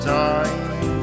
time